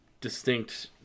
distinct